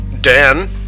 Dan